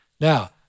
Now